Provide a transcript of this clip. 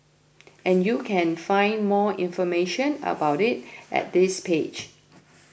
and you can find more information about it at this page